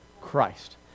christ